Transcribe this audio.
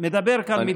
מדבר כאן מדם ליבי.